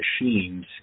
machines